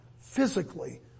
physically